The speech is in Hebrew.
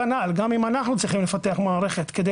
כנ"ל גם אם אנחנו צריכים לפתח מערכת כדי